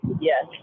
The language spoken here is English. Yes